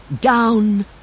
Down